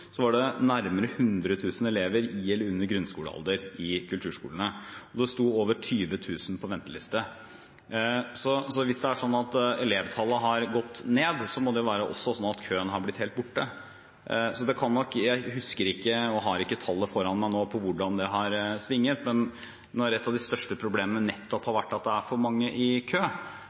Så hvis det er sånn at elevtallet har gått ned, må det også være sånn at køen er blitt helt borte. Jeg har ikke tall foran meg nå som viser hvordan det har svingt, men når et av de største problemene nettopp har vært at det har vært for mange i kø,